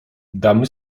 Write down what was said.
damy